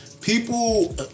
People